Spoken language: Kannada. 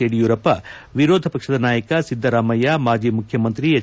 ಯಡಿಯೂರಪ್ಪ ವಿರೋಧ ಪಕ್ಷದ ನಾಯಕ ಸಿದ್ದರಾಮಯ್ಲ ಮಾಜಿ ಮುಖ್ಖಮಂತ್ರಿ ಎಚ್